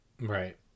right